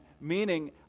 Meaning